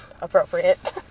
appropriate